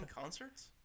concerts